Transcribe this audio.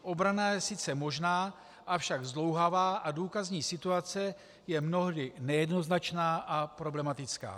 Obrana je sice možná, avšak zdlouhavá a důkazní situace je mnohdy nejednoznačná a problematická.